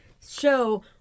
show